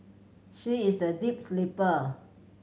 she is a deep sleeper